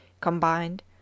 combined